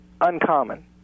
uncommon